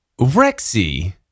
Rexy